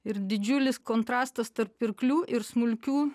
ir didžiulis kontrastas tarp pirklių ir smulkių